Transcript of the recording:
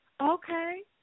Okay